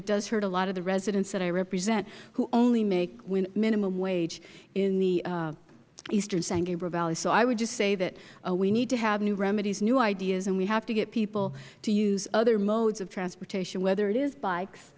it does hurt a lot of the residents that i represent who only make minimum wage in the eastern san gabriel valley so i would just say that we need to have new remedies new ideas and we have to get people to use other modes of transportation whether it is bikes